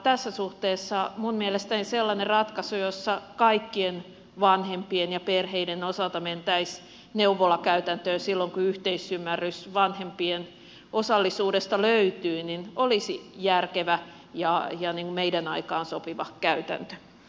tässä suhteessa minun mielestäni sellainen ratkaisu jossa kaikkien vanhempien ja perheiden osalta mentäisiin neuvolakäytäntöön silloin kun yhteisymmärrys vanhempien osallisuudesta löytyy olisi järkevä ja meidän aikaamme sopiva käytäntö